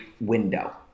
window